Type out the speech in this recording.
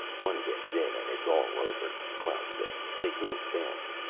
one gets in and it's all over, klaus said. they move fast.